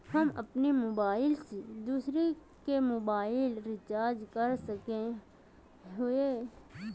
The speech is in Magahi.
हम अपन मोबाईल से दूसरा के मोबाईल रिचार्ज कर सके हिये?